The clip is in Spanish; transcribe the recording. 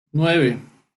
nueve